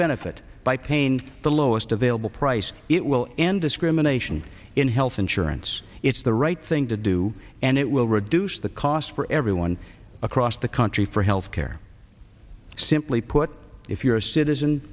benefit by paying the lowest available price it will end discrimination in health insurance it's the right thing to do and it will reduce the cost for everyone across the country for health care simply put if you're a citizen